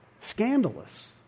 Scandalous